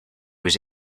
was